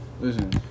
Listen